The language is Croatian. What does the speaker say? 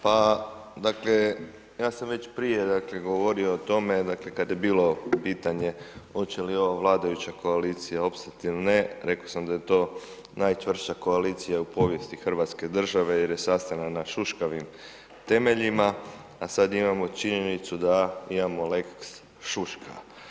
Pa, dakle, ja sam već prije, dakle, govorio o tome, dakle, kad je bilo pitanje hoće li ova vladajuća koalicija opstati ili ne, rekao sam da je to najčvršća koalicija u povijesti hrvatske države jer je sastavljena na šuškavim temeljima, a sad imamo činjenicu da imamo lex šuška.